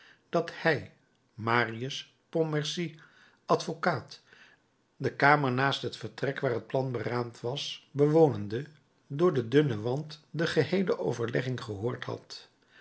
dat hij marius pontmercy advocaat de kamer naast het vertrek waar het plan beraamd was bewonende door den dunnen wand de geheele overlegging gehoord had dat